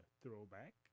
throwback